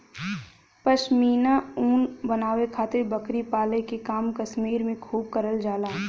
पश्मीना ऊन बनावे खातिर बकरी पाले के काम कश्मीर में खूब करल जाला